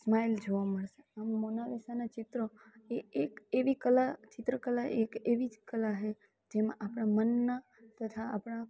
smile જોવા મળશે આમ મોનાલીસાના ચિત્રો એ એક એવી કલા ચિત્રકલા એક એવી જ કલા છે જેમાં આપણા મનના તથા આપણા